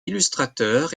illustrateur